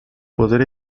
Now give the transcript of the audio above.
poder